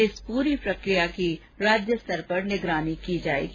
इस पूरी प्रक्रिया की राज्य स्तर पर निगरानी की जाएगी